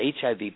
HIV